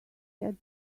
had